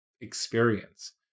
experience